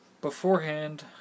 Beforehand